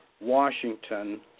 Washington